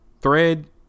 thread